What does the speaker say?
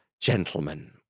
gentlemen